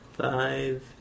five